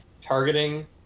Targeting